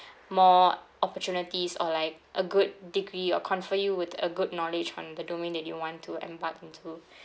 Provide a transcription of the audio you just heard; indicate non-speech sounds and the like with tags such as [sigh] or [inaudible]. more opportunities or like a good degree or confer you with a good knowledge from the domain that you want to embark into [breath]